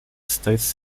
states